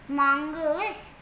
mongoose